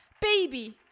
baby